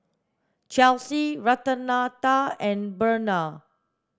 Chelsy Renata and Brenna